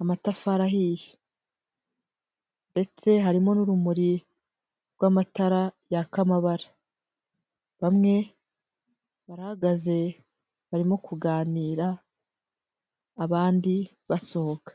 amatafari ahiye. Ndetse harimo n'urumuri rw'amatara yaka amabara. Bamwe bahagaze barimo kuganira, abandi basohoka.